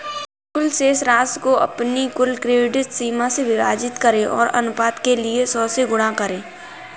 कुल शेष राशि को अपनी कुल क्रेडिट सीमा से विभाजित करें और अनुपात के लिए सौ से गुणा करें